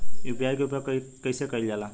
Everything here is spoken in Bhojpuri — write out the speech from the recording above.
यू.पी.आई के उपयोग कइसे कइल जाला?